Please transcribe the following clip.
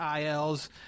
il's